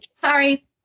Sorry